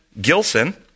Gilson